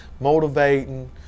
motivating